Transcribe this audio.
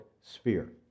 sphere